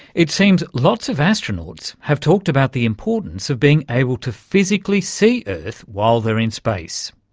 it seems lots of astronauts have talked about the importance of being able to physically see earth while they're in space.